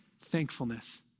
thankfulness